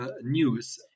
news